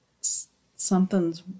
something's